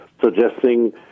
suggesting